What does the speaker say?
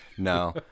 No